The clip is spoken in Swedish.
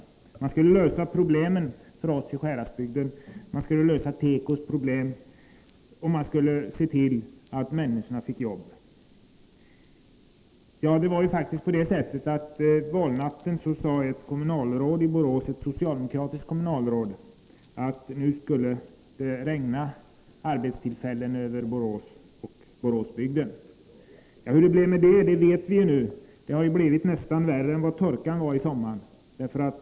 Socialdemokraterna skulle lösa problemen för oss i Sjuhäradsbygden, de skulle lösa tekoindustrins problem och de skulle se till att människorna fick arbete. Ja, ett socialdemokratiskt kommunalråd i Borås sade faktiskt på valnatten att arbetstillfällen nu skulle regna över Borås och Boråsbygden. Det har blivit nästan värre än torkan i somras.